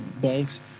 bunks